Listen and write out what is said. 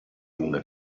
una